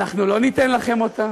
אנחנו לא ניתן לכם אותה.